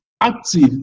active